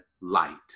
light